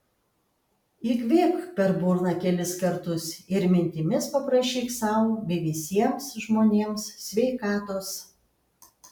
įkvėpk per burną kelis kartus ir mintimis paprašyk sau bei visiems žmonėms sveikatos